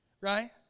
right